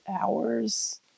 hours